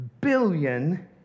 billion